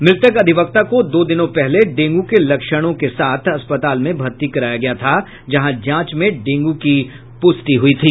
मृतक अधिवक्ता को दो दिनों पहले डेंगू के लक्षणों के बाद अस्पताल में भर्ती कराया गया था जहां जांच में डेंगू की पुष्टि हुई थी